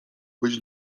być